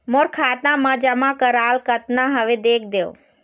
मोर खाता मा जमा कराल कतना हवे देख देव?